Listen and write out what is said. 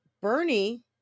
Bernie